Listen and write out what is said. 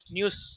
News